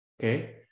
okay